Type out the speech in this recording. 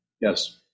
Yes